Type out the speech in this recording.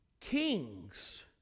Kings